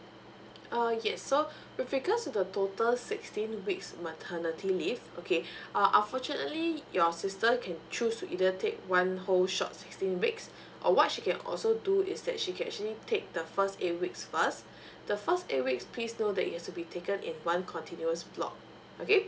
err yes so with regards to the total sixteen weeks maternity leave okay uh unfortunately your sister can choose to either take one whole shot sixteen weeks or what she can also do is that she can actually take the first eight weeks first the first eight weeks please know that it has to be taken in one continuous block okay